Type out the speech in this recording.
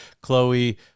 Chloe